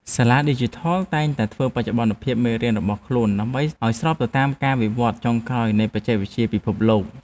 សាលាឌីជីថលតែងតែធ្វើបច្ចុប្បន្នភាពមេរៀនរបស់ខ្លួនដើម្បីឱ្យស្របទៅតាមការវិវត្តន៍ចុងក្រោយនៃបច្ចេកវិទ្យាពិភពលោក។